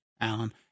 Alan